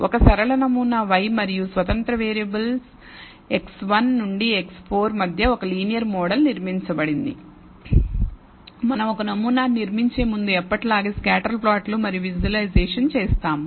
ఒక సరళ నమూనా y మరియు స్వతంత్ర వేరియబుల్స్ x1 నుండి x4 మధ్య ఒక ఒక లీనియర్ మోడల్ నిర్మించబడింది మనం ఒక నమూనాను నిర్మించే ముందు ఎప్పటిలాగే స్కాటర్ ప్లాట్ మరియు విజువలైజేషన్చేస్తాము